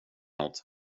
något